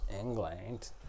England